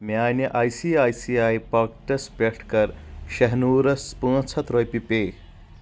میانہِ I C I C I packets پٮ۪ٹھ کَر شاہنوٗرس پانٛژھ ہتھ رۄپیہِ پے